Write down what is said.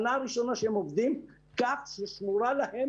שנה ראשונה שהם עובדים ושמורה להם